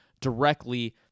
directly